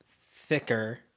thicker